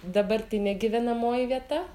dabartinė gyvenamoji vieta